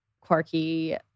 quirky